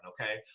okay